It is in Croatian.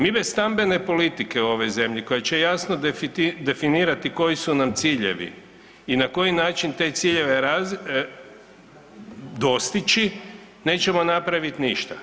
Mi bez stambene politike u ovoj zemlji koja će jasno definirati koji su nam ciljevi i na koji način te ciljeve dostići, nećemo napraviti ništa.